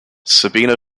sabina